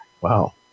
Wow